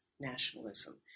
nationalism